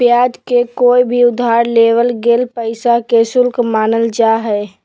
ब्याज के कोय भी उधार लेवल गेल पैसा के शुल्क मानल जा हय